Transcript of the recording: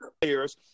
players